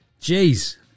Jeez